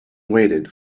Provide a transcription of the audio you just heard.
waited